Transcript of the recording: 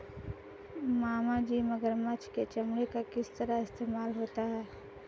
मामाजी मगरमच्छ के चमड़े का किस तरह इस्तेमाल होता है?